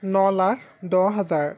ন লাখ দহ হাজাৰ